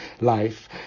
life